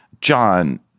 John